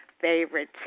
favorite